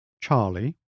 Charlie